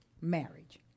marriage